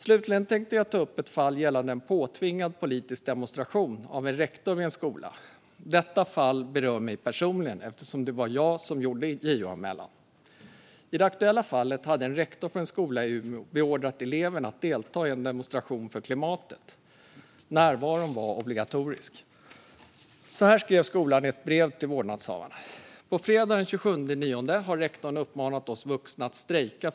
Slutligen tänkte jag ta upp ett fall gällande en politisk demonstration som påtvingats av en rektor för en skola. Detta fall berör mig personligen, eftersom det var jag som gjorde JO-anmälan. I det aktuella fallet hade en rektor för en skola i Umeå beordrat eleverna att delta i en demonstration för klimatet. Närvaro var obligatorisk. I ett brev till vårdnadshavarna skrev skolan att rektorn uppmanat de vuxna att strejka för klimatets skull fredagen den 27 september.